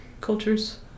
cultures